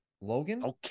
Logan